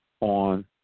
on